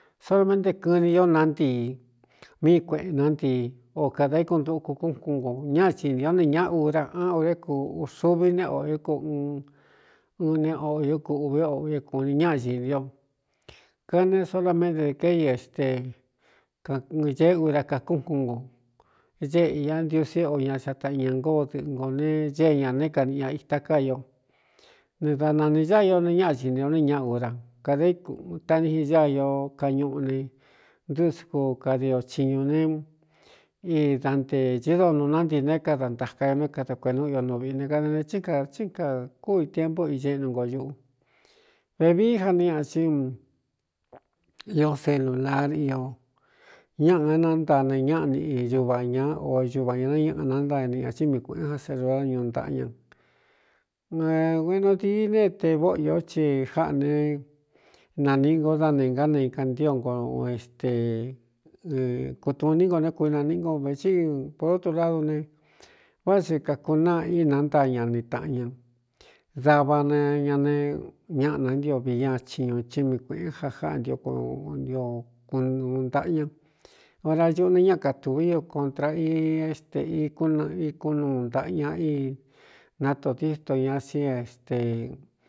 Soroménte kɨni ió naántii míi kueꞌēn ná ntii o kādā íkuꞌnduku kúnkún nko ñáꞌa cidī ó neé ñaꞌa ura án o ré ku uxuvi nee o é ko u ne oo īó kuꞌūvé o é kūni ñáꞌa ñidí o kɨɨn ne sorométe de ké i é ste ka ñee ura kākúnkun nko éꞌe a ndiusí é o ña ataꞌa ña ngóo dɨꞌɨ kō ne ñée ñā ne kaniꞌi a ita ká io ne da nanī ñáa io ne ñáꞌa cini o néé ñaꞌa ura kadā ítanii ñáa io kañuꞌu ne ndrusku kadio chiñu ne i da ntē csí doo nuu ná ntii né kada ntaka ño né kada kueꞌ nú io nu viꞌine kada ne chí kā cí kakú itiempú iñeꞌnu nkō ñuꞌu vevií ja ni ñaꞌa cí ió celular io ñáꞌa é nantaa ne ñáꞌa ni i ñuvā ña o ñuvā ña nañaꞌa nantaa niñā cí míi uēꞌén ja seruado ñuꞌ ntaꞌa ña guenu dii ne te vóꞌo ó chi jáꞌ ne nanīꞌi ngo dá ne ngá naika ntío nko ste kutu ní nko né kuinaníꞌi nko vēchi protuladu ne váꞌā thi kākun náa ínaántáa ñani taꞌan ña dava na ña ne ñaꞌana ntio vi ña chiñu chí mii kuēꞌén ja jáꞌ ntio kni o kuuu ntaꞌa ña ora ñuꞌu ne ñaa katūví o kontra i é stē ikún na ikún nuu ntaꞌa ña í náto díto ña sin ste.